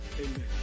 amen